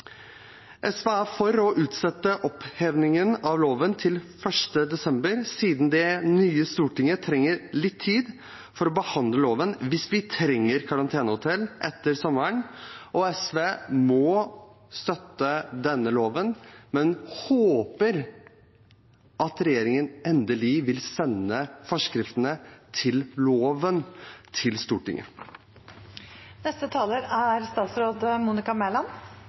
SV er for å utsette opphevingen av loven til 1. desember, siden det nye Stortinget trenger litt tid for å behandle loven hvis vi trenger karantenehotell etter sommeren. SV må støtte denne loven, men håper at regjeringen endelig vil sende forskriftene som lovforslag til Stortinget. Jeg er